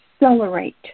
accelerate